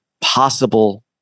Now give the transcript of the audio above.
possible